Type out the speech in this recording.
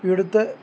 ഇവിടുത്തെ